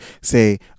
say